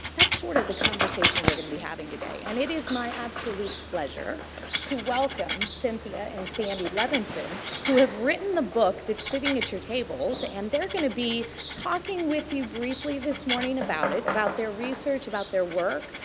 that's sort of the kind of conversation we're going to be having today. and, it is my absolute pleasure to welcome cynthia and sandy levinston who have written the book that's sitting at your tables. and, they're going to be talking with you briefly this morning about it, about their research about their work,